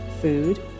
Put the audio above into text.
food